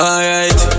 Alright